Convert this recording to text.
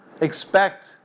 expect